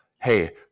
hey